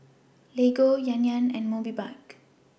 Lego Yan Yan and Mobike